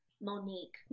Monique